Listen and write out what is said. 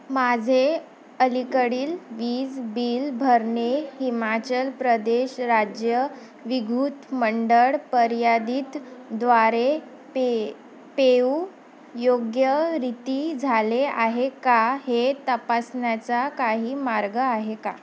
माझे अलीकडील वीज बिल भरणे हिमाचल प्रदेश राज्य विद्युत मंडळ मर्यादित द्वारे पे पेऊ योग्यरित्या झाले आहे का हे तपासण्याचा काही मार्ग आहे का